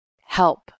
help